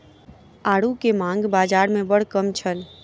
आड़ू के मांग बाज़ार में बड़ कम छल